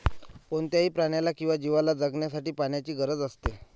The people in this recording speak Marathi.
कोणत्याही प्राण्याला किंवा जीवला जगण्यासाठी पाण्याची गरज असते